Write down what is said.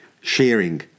sharing